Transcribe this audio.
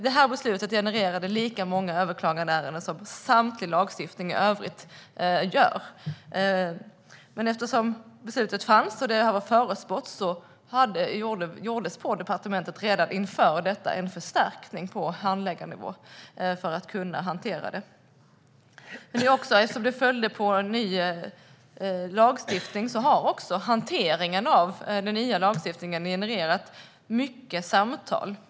Det här beslutet genererade alltså lika många överklaganden som samtliga beslut i övrigt. Men inför beslutet gjordes det på departementet en förstärkning på handläggarnivå för att man skulle kunna hantera dessa ärenden. Hanteringen av den nya lagstiftningen har också genererat många samtal.